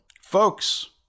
folks